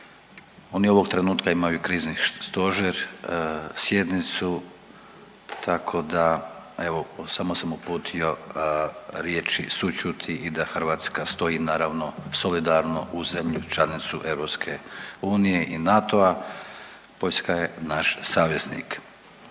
je ovog trenutka imaju krizni stožer, sjednicu, tako da, evo, samo sam uputio riječi sućuti i da Hrvatska stoji, naravno, solidarno uz zemlju članicu EU i NATO-a, Poljska je naš saveznik.